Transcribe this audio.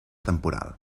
temporal